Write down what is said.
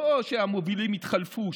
לא שהמובילים התחלפו,